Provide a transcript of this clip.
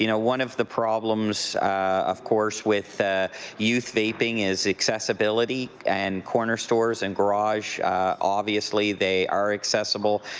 you know one of the problems of course with ah youth vaping is accessibility and corner stores and garage obviously they are accessible.